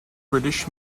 british